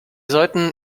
sollten